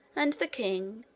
and the king,